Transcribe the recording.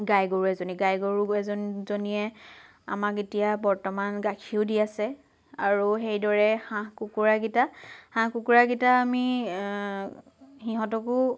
গাই গৰু এজনী গাই গৰু জনীয়ে আমাক এতিয়া বৰ্তমান গাখীৰো দি আছে আৰু সেইদৰে হাঁহ কুকুৰাকেইটা হাঁহ কুকুৰাকেইটা আমি সিহঁতকো